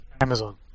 Amazon